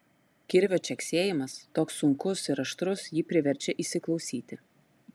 kirvio čeksėjimas toks sunkus ir aštrus jį priverčia įsiklausyti